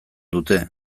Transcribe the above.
dute